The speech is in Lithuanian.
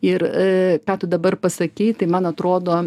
ir ką tu dabar pasakei tai man atrodo